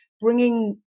bringing